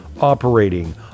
operating